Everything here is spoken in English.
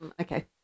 okay